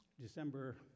December